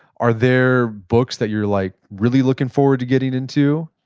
are there books that you're like really looking forward to getting into?